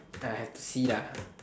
I have three lah